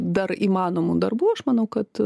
dar įmanomų darbų aš manau kad